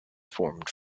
formed